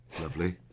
Lovely